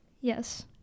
Yes